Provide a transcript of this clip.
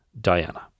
Diana